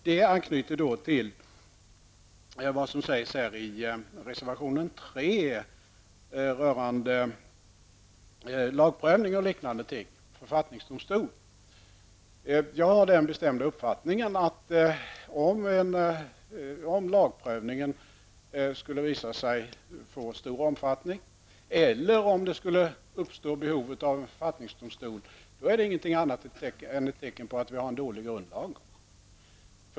Detta anknyter till vad som sägs i reservation 3 rörande lagprövningsrätt, författningsdomstol m.m. Jag är av den bestämda uppfattningen att om lagprövningen skulle visa sig få stor omfattning eller om det skulle uppstå behov av författningsdomstol, är detta ingenting annat än ett tecken på att vi har en dålig grundlag.